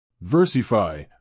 Versify